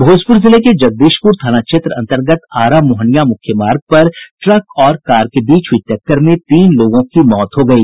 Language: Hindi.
भोजपुर जिले के जगदीशपुर थाना क्षेत्र अन्तर्गत आरा मोहनिया मुख्य मार्ग पर ट्रक और कार के बीच हुई टक्कर में तीन लोगों की मौत हो गयी